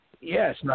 Yes